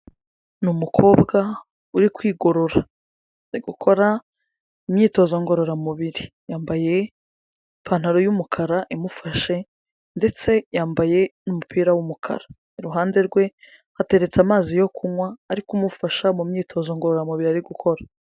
Ni umukobwa uri kwigorora ari gukora imyitozo ngororamubiri yambaye ipantaro y'umukara imufashe ndetse yambaye n'umupira w'umukara, iruhande rwe hateretse amazi yo kunywa ari kumufasha mu myitozo ngororamubiri ari gukora.